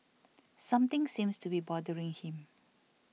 something seems to be bothering him